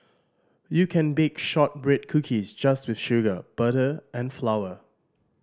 you can bake shortbread cookies just with sugar butter and flour